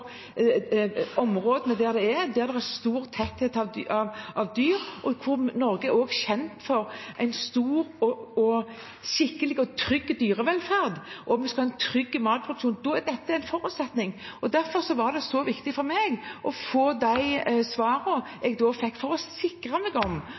der det er stor tetthet av dyr. Norge er kjent for skikkelig og trygg dyrevelferd, og vi skal en ha trygg matproduksjon. Da er dette en forutsetning. Derfor var det så viktig for meg å få de svarene